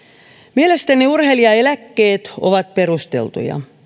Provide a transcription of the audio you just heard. mielestäni urheilijaeläkkeet ovat perusteltuja